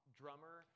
drummer